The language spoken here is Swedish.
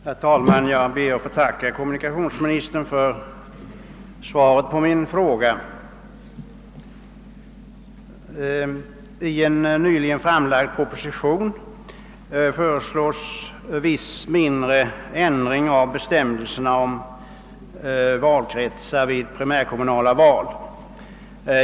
Herr talman! Jag ber att få tacka kommunikationsministern för svaret på min fråga. I en nyligen framlagd proposition föreslås viss mindre ändring av bestämmelserna om valkretsar vid primärkommunala val.